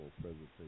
presentation